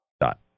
dot